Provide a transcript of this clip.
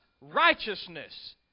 righteousness